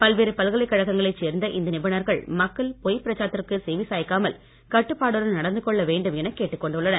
பல்வேறு பல்கலைக்கழகங்களை சேர்ந்த இந்த நிபுணர்கள் மக்கள் பொய் பிரச்சாரத்திற்கு செவி சாய்க்காமல் கட்டுப்பாட்டுடன் நடந்து கொள்ள வேண்டும் என கேட்டுக் கொண்டுள்ளனர்